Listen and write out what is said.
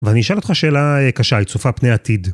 ואני אשאל אותך שאלה קשה, היא צופה פני עתיד.